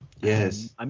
Yes